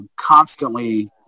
constantly